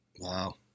Wow